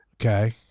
Okay